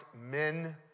men